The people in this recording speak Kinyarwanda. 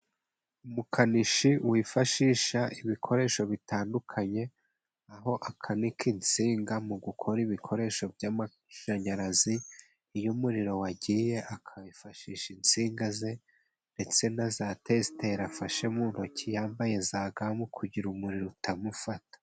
Umukanishi wifashisha ibikoresho bitandukanye, aho akanika insinga mu gukora ibikoresho by'amashanyarazi. Iyo umuriro wagiye akifashisha insinga ze, ndetse na za tesiteri afashe mu ntoki yambaye za ga, mu kugira umuriro utamufata.